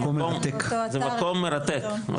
זה מקום מרתק.